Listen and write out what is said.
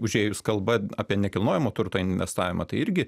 užėjus kalba apie nekilnojamo turto investavimą tai irgi